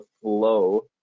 flow